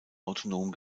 autonom